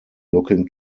looking